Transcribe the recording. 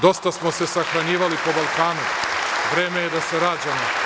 Dosta smo se sahranjivali po Balkanu, vreme je da se rađamo.